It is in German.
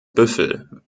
büffel